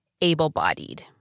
able-bodied